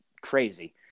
crazy